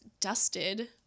dusted